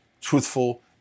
truthful